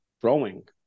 growing